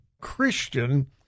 Christian